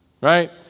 Right